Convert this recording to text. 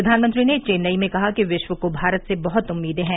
प्रधानमंत्री ने चेन्नई में कहा कि विश्व को भारत से बहत उम्मीदें हैं